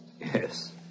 Yes